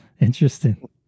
Interesting